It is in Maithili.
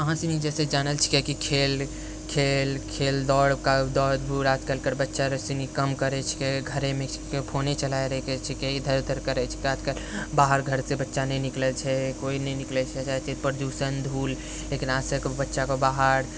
अहाँ सनि जैसे जानै छियै किएकि खेल खेल खेल दौड़के दौड़ धूर आज कलके बच्चा सनि कम करि छिके घरेमे फोने चलाइ रहिके छिके इधर उधर करै छिके आज कल बाहर घरसँ बच्चा नै निकलै छै कोइ नहि निकलै छै चाहे छै प्रदूषण धूल एकरासँ बच्चाके बाहर